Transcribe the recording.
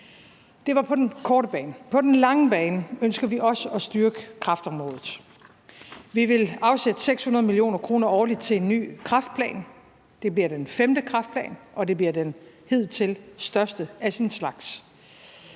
Det var på den korte bane. På den lange bane ønsker vi også at styrke kræftområdet. Vi vil afsætte 600 mio. kr. årligt til en ny kræftplan. Det bliver den femte kræftplan, og det bliver den hidtil største af sin slags.